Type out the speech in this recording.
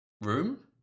room